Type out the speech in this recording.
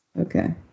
Okay